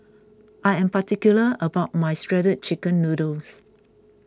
I am particular about my Shredded Chicken Noodles